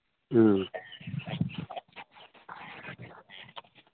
ꯎꯝ